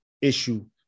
Issue